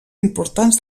importants